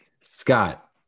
Scott